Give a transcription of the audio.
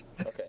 Okay